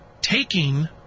taking